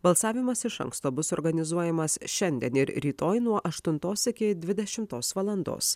balsavimas iš anksto bus organizuojamas šiandien ir rytoj nuo aštuntos iki dvidešimtos valandos